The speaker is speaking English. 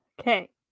okay